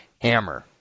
hammer